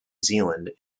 zealand